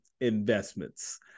investments